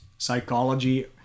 psychology